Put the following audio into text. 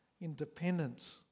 Independence